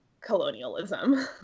colonialism